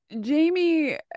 Jamie